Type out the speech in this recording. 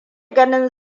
ganin